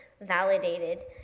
validated